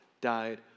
died